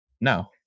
No